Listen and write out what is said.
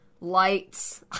lights